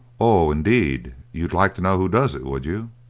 oh, indeed! you'd like to know who does it, would you?